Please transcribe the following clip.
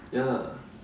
ya